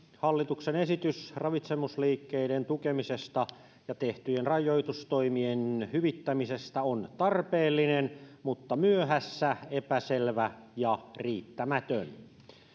hallituksen esitys ravitsemusliikkeiden tukemisesta ja tehtyjen rajoitustoimien hyvittämisestä on tarpeellinen mutta myöhässä epäselvä ja riittämätön